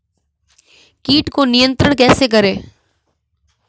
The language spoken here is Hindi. कीट को नियंत्रण कैसे करें?